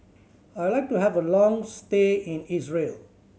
I would like to have a long stay in Israel